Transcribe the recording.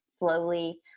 slowly